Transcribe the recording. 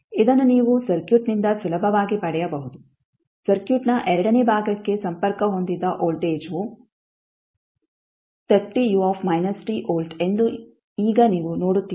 ಇದನ್ನು ನೀವು ಸರ್ಕ್ಯೂಟ್ನಿಂದ ಸುಲಭವಾಗಿ ಪಡೆಯಬಹುದು ಸರ್ಕ್ಯೂಟ್ನ ಎರಡನೇ ಭಾಗಕ್ಕೆ ಸಂಪರ್ಕ ಹೊಂದಿದ ವೋಲ್ಟೇಜ್ವು ವೋಲ್ಟ್ ಎಂದು ಈಗ ನೀವು ನೋಡುತ್ತೀರಿ